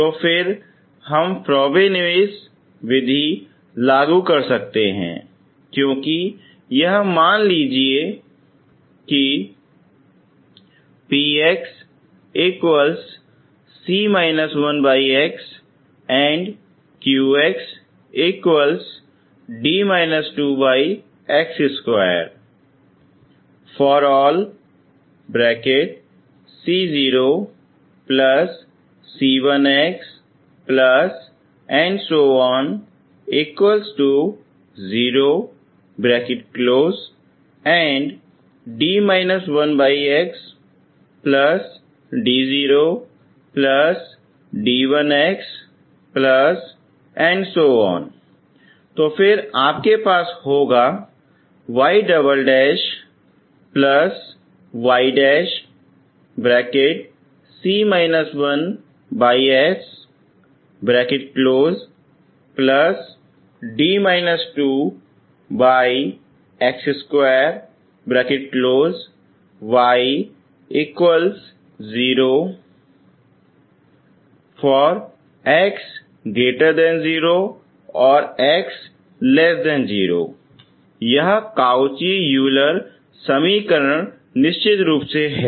तो फिर हम फ़्रोबेनिउस विधि लागू कर सकते हैं क्योंकि यह मान लीजिये कि तो फिर आपके पास होगा यह काउची यूलर समीकरण निश्चित रूप से है